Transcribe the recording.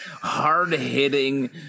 hard-hitting